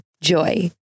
JOY